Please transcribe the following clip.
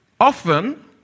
Often